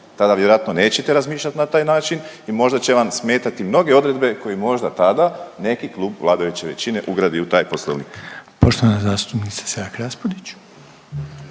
Tada vjerojatno nećete razmišljat na taj način i možda će vam smetati mnoge odredbe koje možda tada neki klub vladajuće većine ugradi u taj Poslovnik. **Reiner, Željko (HDZ)** Poštovana zastupnica Selak Raspudić.